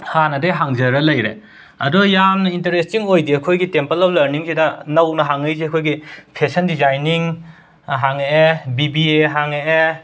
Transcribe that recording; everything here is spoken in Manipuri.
ꯍꯥꯟꯅꯗꯩ ꯍꯥꯡꯖꯔꯒ ꯂꯩꯔꯦ ꯑꯗꯣ ꯌꯥꯝꯅ ꯏꯟꯇꯔꯦꯁꯇꯤꯡ ꯑꯣꯏꯗꯤ ꯑꯩꯈꯣꯏꯒꯤ ꯇꯦꯄꯜ ꯑꯣꯞ ꯂꯔꯅꯤꯡꯁꯤꯗ ꯅꯧꯅ ꯍꯥꯡꯂꯛꯏꯁꯦ ꯑꯩꯈꯣꯏꯒꯤ ꯐꯦꯁꯟ ꯗꯤꯖꯥꯏꯅꯤꯡ ꯍꯥꯡꯉꯛꯑꯦ ꯕꯤ ꯕꯤ ꯑꯦ ꯍꯥꯡꯉꯛꯑꯦ